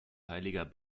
heiliger